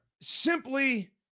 simply